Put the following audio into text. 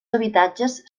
habitatges